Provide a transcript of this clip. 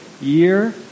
year